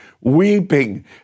weeping